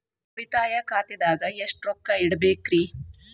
ಉಳಿತಾಯ ಖಾತೆದಾಗ ಎಷ್ಟ ರೊಕ್ಕ ಇಡಬೇಕ್ರಿ?